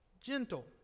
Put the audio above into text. gentle